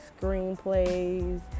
screenplays